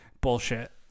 bullshit